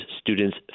students